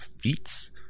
feats